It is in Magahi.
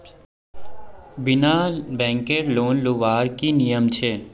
बिना बैंकेर लोन लुबार की नियम छे?